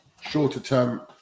shorter-term